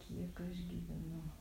kiek aš gyvenu